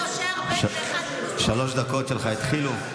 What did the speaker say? שלוש הדקות שלך התחילו.